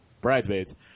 Bridesmaids